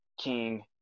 king